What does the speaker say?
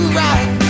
right